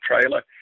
trailer